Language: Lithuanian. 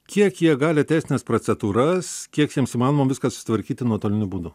kiek jie gali teisines procedūras kiek jiems įmanoma viską susitvarkyti nuotoliniu būdu